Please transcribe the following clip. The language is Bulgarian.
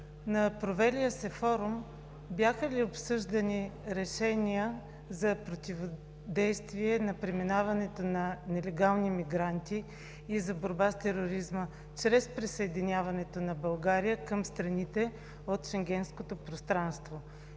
На провелия се форум бяха ли обсъждани решения за противодействие на преминаването на нелегални мигранти и за борба с тероризма чрез присъединяването на България към страните от Шенгенското пространство?